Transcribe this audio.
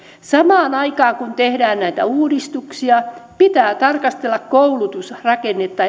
samaan aikaan kun tehdään näitä uudistuksia pitää tarkastella koulutusrakennetta